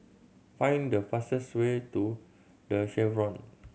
find the fastest way to The Chevrons